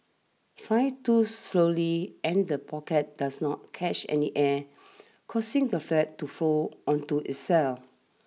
fly too slowly and the pockets does not catch any air causing the flag to fold onto itself